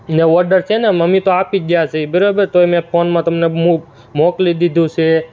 ને ઓર્ડર તો છે ને મમ્મી તો આપી જ ગયાં છે એ બરાબર તોય મેં ફોનમાં તમને મોક મોકલી દીધું છે